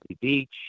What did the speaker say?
beach